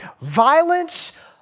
Violence